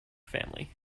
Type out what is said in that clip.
family